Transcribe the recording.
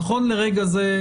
נכון לרגע זה,